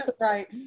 Right